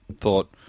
thought